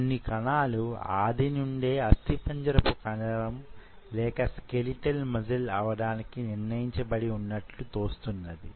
కొన్ని కణాలు ఆది నుండే అస్థిపంజరంపు కండరం లేక స్కెలిటల్ మజిల్ అవడానికి నిర్ణయించబడి వున్నట్లు తోస్తున్నది